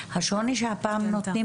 השוני, שהפעם נותנים